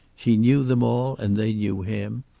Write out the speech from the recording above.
he knew them all, and they knew him.